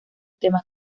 temas